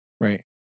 right